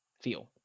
feel